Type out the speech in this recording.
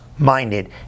minded